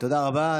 תודה רבה.